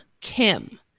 Kim